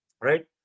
Right